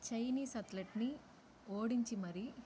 Chinese అథ్లెట్ని ఓడించి మరీ